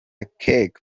keke